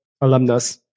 alumnus